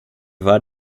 war